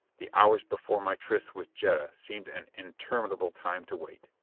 the hours before my tryst with jetta seemed an interminable time to wait.